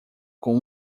com